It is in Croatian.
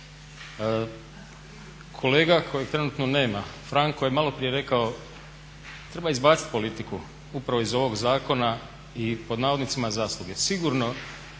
Kolega kojeg trenutno nema Franko je malo prije rekao treba izbaciti politiku upravo iz ovog zakona i pod navodnicima "zasluge". Sigurno